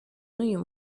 n’uyu